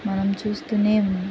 మనం చూస్తూనే